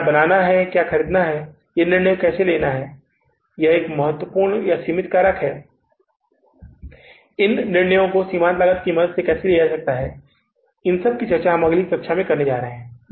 तो क्या बनाना या खरीदना है इस निर्णय को कैसे लेना है एक महत्वपूर्ण या सीमित कारक क्या है इन निर्णयों को सीमांत लागत की मदद से कैसे लिया जाए हम अगली कक्षा में चर्चा करने जा रहे हैं